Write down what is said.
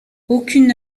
aucune